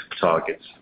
targets